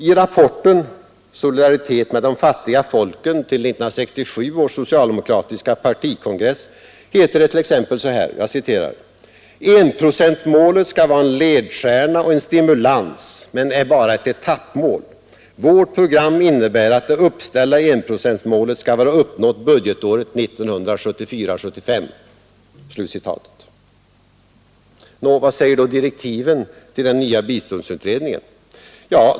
I rapporten ”Solidaritet med de fattiga folken” till 1967 års socialdemokratiska partikongress heter det t.ex.: ”Enprocentsmålet skall vara en ledstjärna och en stimulans — men är bara ett etappmål. Vårt program innebär, att det uppställda enprocentsmålet skall vara uppnått budgetåret 1974/75.” Nå, vad säger direktiven till den nya biståndsutredningen?